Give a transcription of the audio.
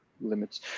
limits